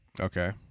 Okay